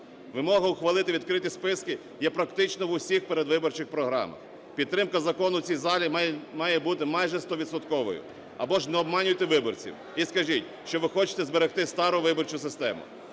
Вимога ухвалити відкриті списки є практично в усіх передвиборчих програмах. Підтримка закону в цій залі має бути майже стовідсотковою, або ж не обманюйте виборців і скажіть, що ви хочете зберегти стару виборчу систему.